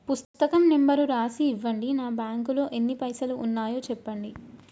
పుస్తకం నెంబరు రాసి ఇవ్వండి? నా బ్యాంకు లో ఎన్ని పైసలు ఉన్నాయో చెప్పండి?